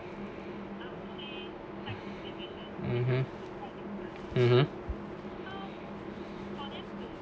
(uh huh)